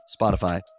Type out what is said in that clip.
Spotify